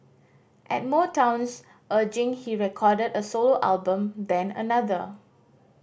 at Motown's urging he recorded a solo album then another